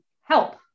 help